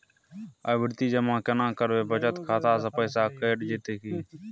आवर्ति जमा केना करबे बचत खाता से पैसा कैट जेतै की?